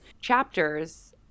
chapters